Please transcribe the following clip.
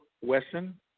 Wesson